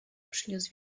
przyniósł